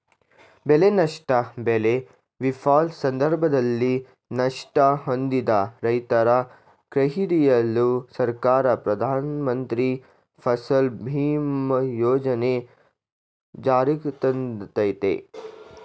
ಬೆಳೆನಷ್ಟ ಬೆಳೆ ವಿಫಲ ಸಂದರ್ಭದಲ್ಲಿ ನಷ್ಟ ಹೊಂದಿದ ರೈತರ ಕೈಹಿಡಿಯಲು ಸರ್ಕಾರ ಪ್ರಧಾನಮಂತ್ರಿ ಫಸಲ್ ಬಿಮಾ ಯೋಜನೆ ಜಾರಿಗ್ತಂದಯ್ತೆ